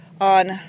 on